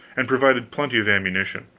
and provided plenty of ammunition.